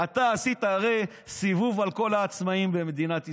אתה עשית הרי סיבוב על כל העצמאים במדינת ישראל.